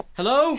Hello